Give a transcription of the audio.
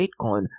bitcoin